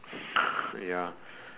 ya